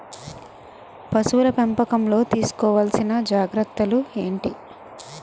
పశువుల పెంపకంలో తీసుకోవల్సిన జాగ్రత్త లు ఏంటి?